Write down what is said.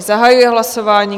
Zahajuji hlasování.